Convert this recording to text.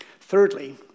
Thirdly